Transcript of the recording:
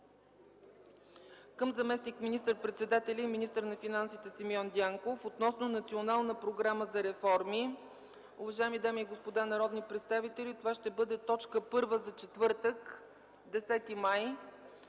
към заместник министър-председателя и министър на финансите Симеон Дянков относно Национална програма за реформи. Уважаеми дами и господа народни представители, това ще бъде т. 1 за четвъртък, 10 май